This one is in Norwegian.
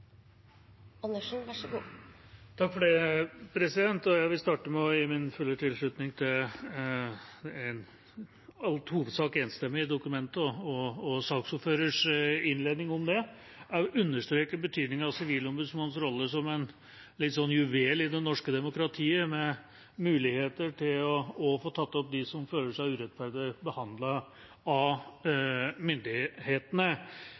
Jeg vil starte med å gi min fulle tilslutning til et i all hovedsak enstemmig dokument og saksordførers innledning om det. Jeg vil også understreke betydningen av Sivilombudsmannens rolle som en juvel i det norske demokratiet, med muligheter til også å få fanget opp dem som føler seg urettferdig behandlet av